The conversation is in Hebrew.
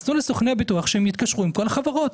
אז תנו לסוכני הביטוח שהם יתקשרו עם כל החברות.